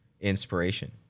inspiration